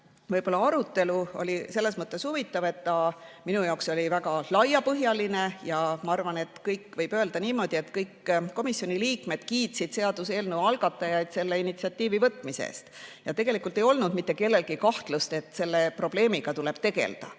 järgnev arutelu oli selles mõttes huvitav, et ta minu jaoks oli väga laiapõhjaline. Ma arvan, et võib öelda niimoodi, et kõik komisjoni liikmed kiitsid seaduseelnõu algatajaid selle initsiatiivi võtmise eest. Tegelikult ei olnud mitte kellelgi kahtlust, et selle probleemiga tuleb tegelda.